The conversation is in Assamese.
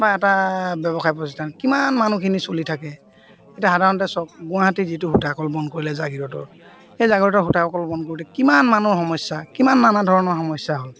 বা এটা ব্যৱসায় প্ৰতিষ্ঠান কিমান মানুহখিনি চলি থাকে এতিয়া সাধাৰণতে চাওক গুৱাহাটী যিটো সূতা কল বন্ধ কৰিলে জাগিৰোডৰ সেই জাগিৰোডৰ সূতা কল বন্ধ কৰোতে কিমান মানুহৰ সমস্যা কিমান নানা ধৰণৰ সমস্যা হ'ল